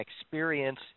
experience